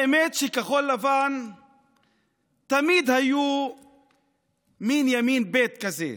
האמת היא שכחול לבן תמיד היו מין ימין ב' כזה.